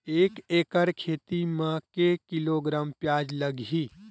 एक एकड़ खेती म के किलोग्राम प्याज लग ही?